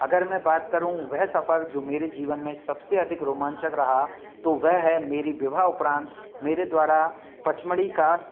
अगर मैं बात करूँ वह सफर जो मेरे जीवन में सबसे अधिक रोमांचक रहा तो वह है मेरी विवाह उपरांत मेरे द्वारा पचमढ़ी का